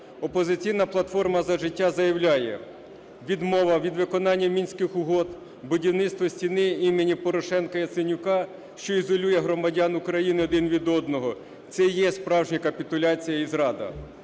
"Опозиційна платформа – За життя" заявляє: відмова від виконання Мінських угод, будівництва "Стіни" імені Порошенка-Яценюка, що ізолює громадян України один від одного, це і є справжня капітуляція і зрада.